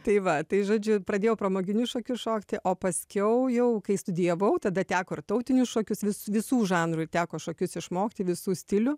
tai va tai žodžiu pradėjau pramoginius šokius šokti o paskiau jau kai studijavau tada teko ir tautinius šokius vis visų žanrų teko šokius išmokti visų stilių